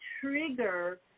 trigger